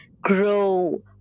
grow